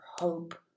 hope